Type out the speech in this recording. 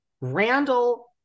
randall